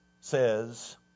says